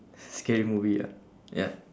scary movie ah ya